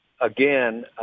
Again